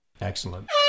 Excellent